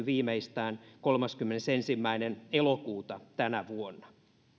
viimeistään kolmaskymmenesensimmäinen elokuuta tänä vuonna